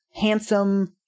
handsome